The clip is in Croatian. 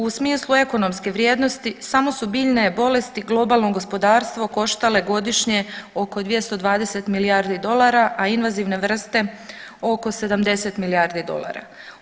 U smislu ekonomske vrijednosti samo su biljne bolesti globalno gospodarstvo koštale godišnje oko 220 milijardi dolara, a invazivne vrste oko 70 milijardi dolara.